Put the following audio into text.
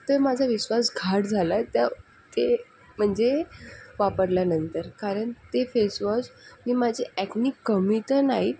तर माझा विश्वासघात झाला आहे त्या ते म्हणजे वापरल्यानंतर कारण ते फेसवॉश मी माझे एक्ने कमी तर नाही